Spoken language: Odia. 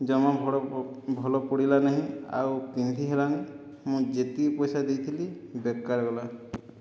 ଜମା ଭଲ ପଡ଼ିଲା ନାହିଁ ଆଉ ପିନ୍ଧିହେଲାନାହିଁ ମୁଁ ଯେତିକି ପଇସା ଦେଇଥିଲି ବେକାର ଗଲା